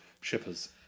Shippers